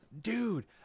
dude